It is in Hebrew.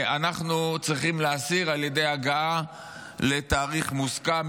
אנחנו צריכים להסיר על ידי הגעה לתאריך מוסכם,